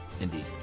Indeed